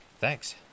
Thanks